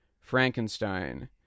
Frankenstein